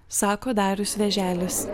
sako darius vėželis